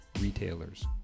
retailers